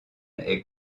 est